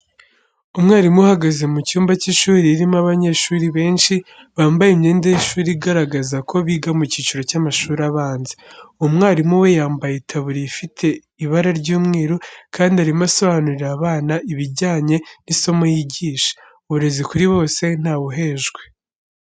Umwarimu uhagaze mu cyumba cy'ishuri ririmo abanyeshuri benshi, bambaye imyenda y'ishuri igaragaza ko biga mu cyiciro cy'amashuri abanza, uwo mwarimu we yambaye itaburiya ifite ibara ry'umweru, kandi arimo asobanurira abana ibijyanye n'isomo yigisha. Uburezi kuri bose nta we uhejwe.